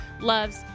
loves